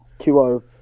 Qo